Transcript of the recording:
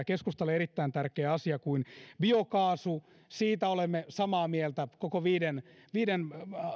keskustalle erittäin tärkeä asia kuin biokaasu siitä olemme samaa mieltä koko viiden viiden